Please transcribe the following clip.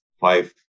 five